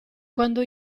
quando